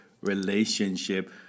relationship